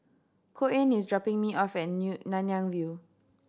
Koen is dropping me off at New Nanyang View